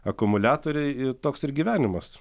akumuliatoriai i toks ir gyvenimas